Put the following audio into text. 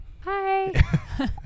Hi